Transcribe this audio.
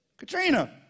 Katrina